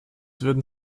würden